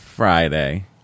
friday